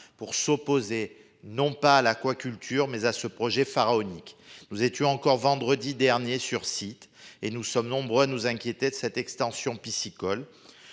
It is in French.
pour s'opposer non pas l'aquaculture, mais à ce projet pharaonique. Nous étions encore vendredi dernier sur site, et nous sommes nombreux nous inquiéter de cette extension piscicole.